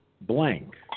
blank